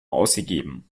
ausgegeben